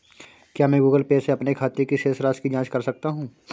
क्या मैं Google Pay से अपने खाते की शेष राशि की जाँच कर सकता हूँ?